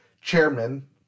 chairman